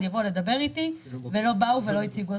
יבוא לדבר איתי ולא באו ולא הציגו.